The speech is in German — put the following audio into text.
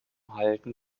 halten